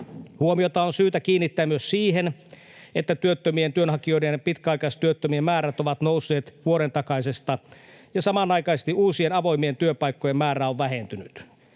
Huomiota on syytä kiinnittää myös siihen, että työttömien työnhakijoiden ja pitkäaikaistyöttömien määrät ovat nousseet vuoden takaisesta, ja samanaikaisesti uusien avoimien työpaikkojen määrä on vähentynyt.